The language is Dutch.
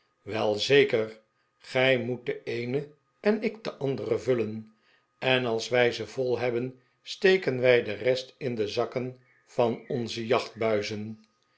wel zeker gij moet de eene en ik de andere vullen en als wij ze vol hebben steken wij de rest in de zakken van onze